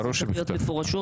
זה צריך להיות מפורשות,